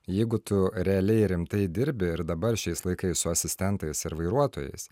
jeigu tu realiai rimtai dirbi ir dabar šiais laikais su asistentais ir vairuotojais